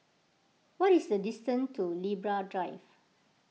what is the distance to Libra Drive